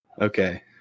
Okay